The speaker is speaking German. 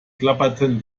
klapperten